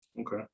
Okay